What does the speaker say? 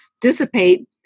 dissipate